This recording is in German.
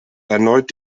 erneut